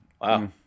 wow